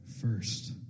first